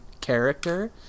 character